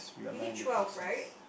you need twelve right